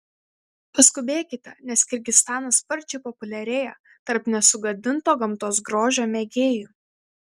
paskubėkite nes kirgizstanas sparčiai populiarėja tarp nesugadinto gamtos grožio mėgėjų